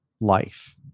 life